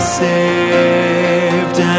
saved